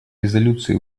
резолюции